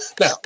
Now